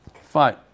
Fine